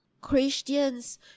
Christians